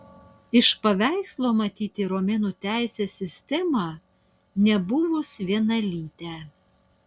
iš paveikslo matyti romėnų teisės sistemą nebuvus vienalytę